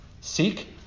Seek